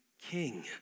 king